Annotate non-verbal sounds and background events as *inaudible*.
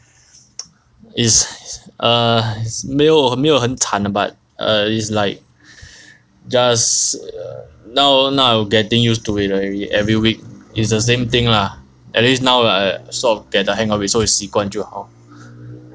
*noise* is err 没有没有很惨 lah but err it's like just err now now I'm getting used to it already every week is the same thing lah at least now like I sort of get the hang of it so it's 习习惯就好